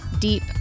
deep